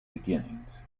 beginnings